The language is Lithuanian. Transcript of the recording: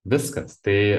viskas tai